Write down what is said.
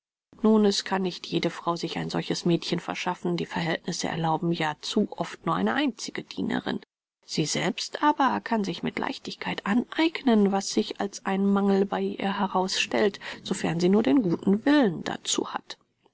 nun es kann nicht jede frau sich ein solches mädchen verschaffen die verhältnisse erlauben ja zu oft nur eine einzige dienerin sie selbst aber kann sich mit leichtigkeit aneignen was sich als ein mangel bei ihr herausstellt sofern sie nur den guten willen dazu hat